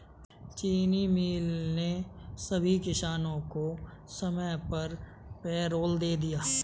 चीनी मिल ने सभी किसानों को समय पर पैरोल दे दिया